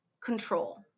control